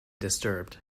disturbed